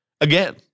again